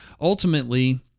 ultimately